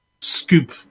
scoop